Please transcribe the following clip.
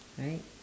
right